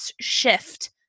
shift